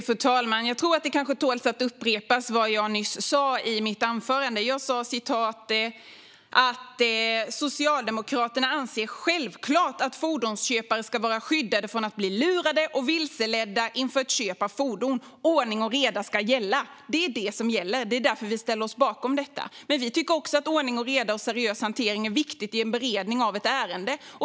Fru talman! Det tål kanske att upprepas vad jag nyss sa i mitt anförande. Jag sa: "Socialdemokraterna anser självklart att fordonsköpare ska vara skyddade från att bli lurade och vilseledda inför ett köp av fordon. Ordning och reda ska gälla!" Det är därför vi ställer oss bakom detta. Vi tycker också att ordning och reda och seriös hantering är viktigt i en beredning av ett ärende.